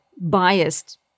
biased